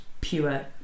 pure